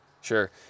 Sure